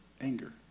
anger